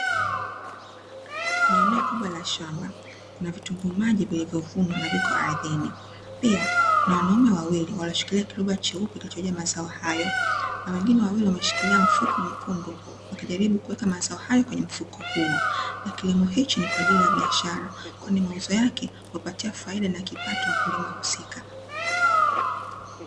Kwenye eneo kubwa la shamba, kuna vitunguu maji vilivyovunwa na viko ardhini. Pia kuna wanaume wawili wanashikilia kiroba cheupe klichojaa mazao hayo, na wengine wawili wameshikilia mfuko mwekundu wakijaribu kuweka mazao hayo kwenye mfuko huo na kilimo hichi ni kwa ajili ya biashara, kwani mauzo yake huwapatia faida na kipato wakulima husika.